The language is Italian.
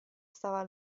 stava